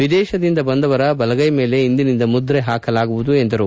ವಿದೇಶದಿಂದ ಬಂದವರ ಬಲಗೈ ಮೇಲೆ ಇಂದಿನಿಂದ ಮುದ್ರೆ ಹಾಕಲಾಗುವುದು ಎಂದರು